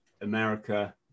America